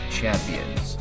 champions